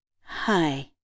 Hi